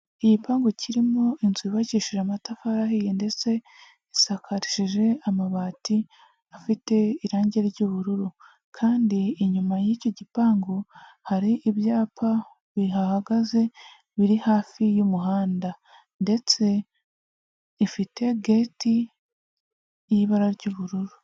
Igipangu kirimo inzu yubakishije amatafari ahiye ndetse isakarishije amabati afite irange ry'ubururu kandi inyuma y'icyo gipangu, hari ibyapa bihahagaze biri hafi y'umuhanda ndetse ifite geti y'ibara ry'ubururu.